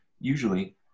usually